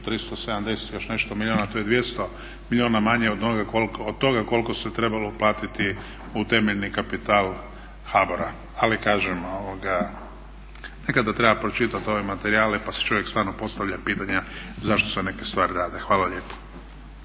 370 i još nešto milijuna, to je 200 milijuna manje od toga koliko se trebalo uplatiti u temeljni kapital HBOR-a. Ali kažem, nekada treba pročitati ove materijale pa si čovjek stvarno postavlja pitanja zašto se neke stvari rade. Hvala lijepo.